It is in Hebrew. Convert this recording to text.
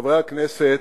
חברי הכנסת,